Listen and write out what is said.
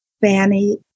Fanny